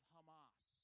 Hamas